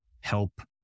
help